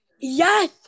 Yes